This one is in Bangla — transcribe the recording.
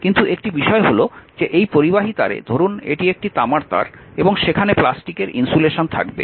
কিন্তু একটি বিষয় হল যে এই পরিবাহী তারে ধরুন এটি একটি তামার তার এবং সেখানে প্লাস্টিকের ইনসুলেশন থাকবে